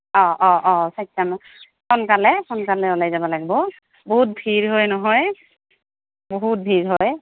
অঁ অঁ অঁ চাৰিটা সোনকালে সোনকালে ওলাই যাব লাগিব বহুত ভিৰ হয় নহয় বহুত ভিৰ হয়